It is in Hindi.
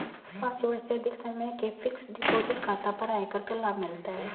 पाँच वर्ष से अधिक समय के फ़िक्स्ड डिपॉज़िट खाता पर आयकर का लाभ मिलता है